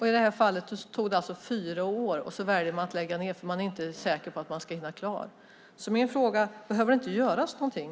I det här fallet tog det alltså fyra år, och så väljer man att lägga ned för man är inte säker på att man ska hinna klart. Min fråga är: Behöver det inte göras någonting?